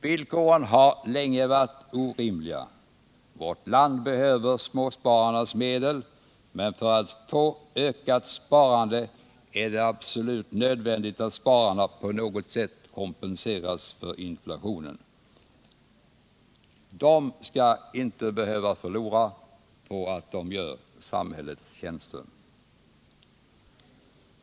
Villkoren har länge varit orimliga. Vårt land behöver småspararnas medel. Men för att få till stånd ett ökat sparande är det absolut nödvändigt att på något sätt kompensera spararna för inflationen. De skall inte behöva förlora på att de gör samhället tjänster.